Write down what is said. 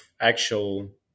actual